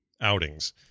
outings